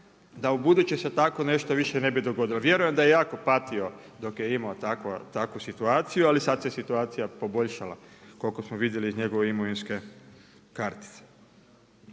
da u buduće se tako nešto više ne bi dogodilo. Vjerujem da je jako patio dok je imao takvu situaciju, ali sad se situacija poboljšala, koliko smo vidjeli iz njegove imovinske kartice.